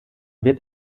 wird